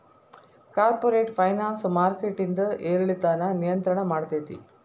corporate finance ಮಾರ್ಕೆಟಿಂದ್ ಏರಿಳಿತಾನ ನಿಯಂತ್ರಣ ಮಾಡ್ತೇತಿ